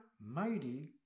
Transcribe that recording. mighty